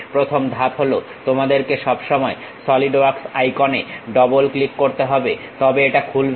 প্রথম ধাপ হলো তোমাদেরকে সব সময় সলিড ওয়ার্কস আইকন এ ডবল ক্লিক করতে হবে তবে এটা খুলবে